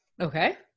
Okay